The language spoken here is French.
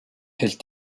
elle